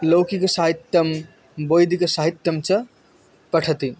लौकिकसाहित्यं वैदिकसाहित्यं च पठति